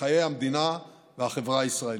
בחיי המדינה והחברה הישראלית.